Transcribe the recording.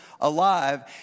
alive